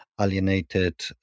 alienated